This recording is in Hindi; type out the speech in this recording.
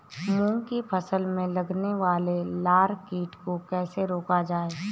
मूंग की फसल में लगने वाले लार कीट को कैसे रोका जाए?